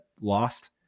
Lost